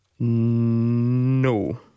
No